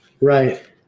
Right